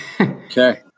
okay